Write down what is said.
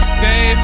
Stay